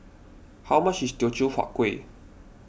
how much is Teochew Huat Kueh